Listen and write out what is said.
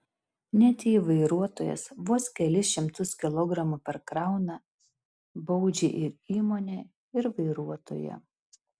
net jei vairuotojas vos kelis šimtus kilogramų perkrauna baudžia ir įmonę ir vairuotoją